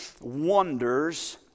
wonders